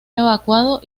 evacuado